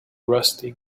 rusty